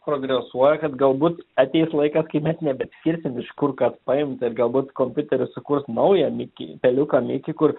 progresuoja kad galbūt ateis laikas kai mes nebeatskirsim iš kur kas paimta ir galbūt kompiuteris sukurs naują miki peliuką mikį kur